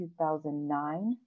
2009